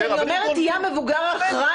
כשאני אומרת שתהיה המבוגר האחראי,